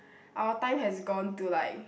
our time has gone to like